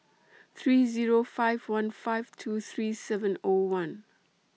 three Zero five one five two three seven O one